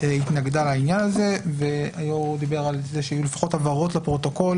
התנגדה לעניין הזה והיו"ר דיבר על זה שיהיו לפחות הבהרות לפרוטוקול